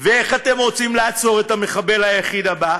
ואיך אתם רוצים לעצור את המחבל היחיד הבא?